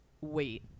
wait